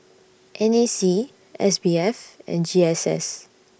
N A C S B F and G S S